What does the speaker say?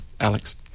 Alex